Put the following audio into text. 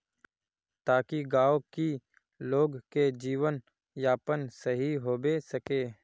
ताकि गाँव की लोग के जीवन यापन सही होबे सके?